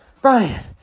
Brian